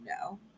no